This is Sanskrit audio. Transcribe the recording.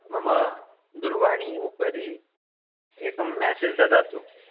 मम दूर्वाण्याः उपरि एकं मेसेज् ददातु